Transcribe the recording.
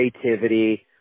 creativity